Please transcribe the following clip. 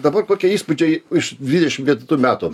dabar kokie įspūdžiai iš dvidešimt ketvirtų metų